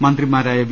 മന്ത്രിമാരായ വി